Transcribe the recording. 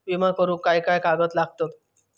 विमा करुक काय काय कागद लागतत?